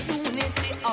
unity